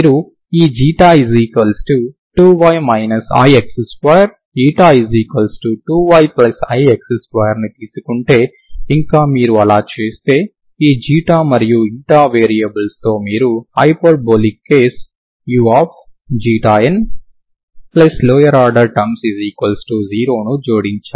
మీరు ఈ ξ2y ix2 η2yix2 ని తీసుకుంటే ఇంకా మీరు ఇలా చేస్తే ఈ ξ మరియు η వేరియబుల్స్తో మీరు hyperbolic case u lower order terms ను జోడించారు